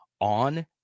on